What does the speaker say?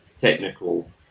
technical